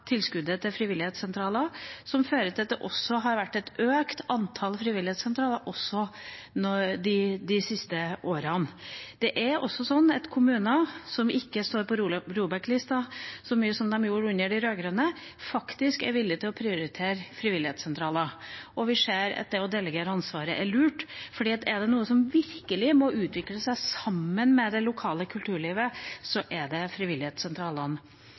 til at det har vært en økning i antall frivillighetssentraler de siste årene. Det er også sånn at kommuner som ikke står på ROBEK-lista så mye som de gjorde under de rød-grønne, faktisk er villige til å prioritere frivillighetssentraler. Vi ser at det å delegere ansvaret er lurt, for er det noe som virkelig må utvikle seg sammen med det lokale kulturlivet, er det frivillighetssentralene.